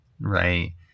right